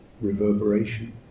reverberation